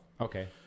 Okay